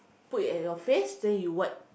put at your face then you wipe